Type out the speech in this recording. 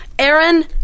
Aaron